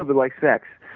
ah but like sex,